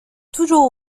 toujours